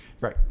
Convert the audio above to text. Right